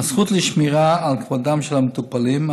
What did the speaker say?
הזכות לשמירה על כבודם של המטופלים,